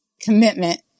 commitment